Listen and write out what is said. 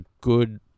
good